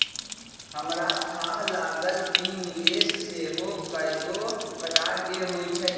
हमरा थाह लागल कि निवेश सेहो कएगो प्रकार के होइ छइ